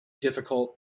difficult